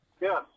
Yes